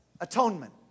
Atonement